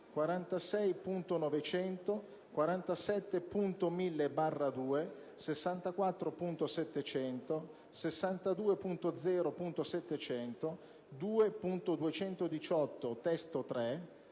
46.900, 47.1000/2, 64.700, 66.0.700, 2.218 (testo 3),